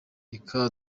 reka